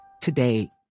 today